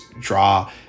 draw